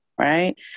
Right